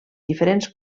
diferents